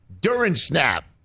during-snap